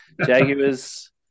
Jaguars